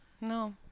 No